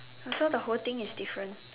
so the whole thing is different